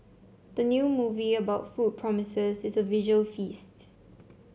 the new movie about food promises it's a visual feasts